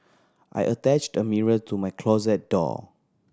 I attached a mirror to my closet door